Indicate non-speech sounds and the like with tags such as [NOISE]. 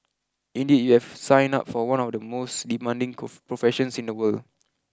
indeed you have signed up for one of the most demanding [UNINTELLIGIBLE] professions in the world